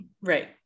Right